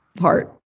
heart